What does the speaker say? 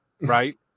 right